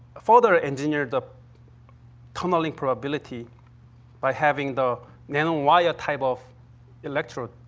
further engineer the tunneling probability by having the nanowire type of electrode.